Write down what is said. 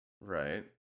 Right